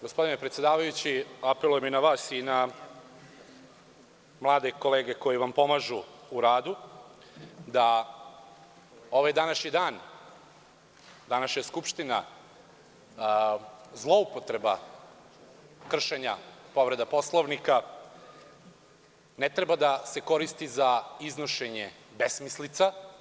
Gospodine predsedavajući, apelujem i na vas i na mlade kolege koje vam pomažu u radu, da ovaj današnji dan, današnja Skupština, zloupotreba kršenja povrede Poslovnika, ne treba da se koristi za iznošenje besmislica.